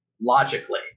logically